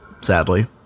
sadly